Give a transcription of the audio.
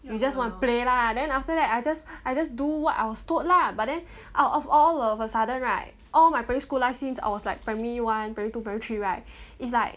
you just want to play lah then after that I just I just do what I was told lah but then out of all of a sudden right all my primary school life seems I was like primary one primary two primary three right it's like